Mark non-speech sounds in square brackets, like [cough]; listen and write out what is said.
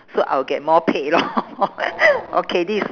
so I'll get more paid lor [laughs] okay this